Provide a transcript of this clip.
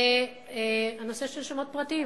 זה הנושא של שמות פרטיים.